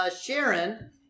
Sharon